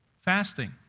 fasting